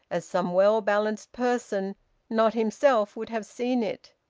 as some well-balanced person not himself would have seen it.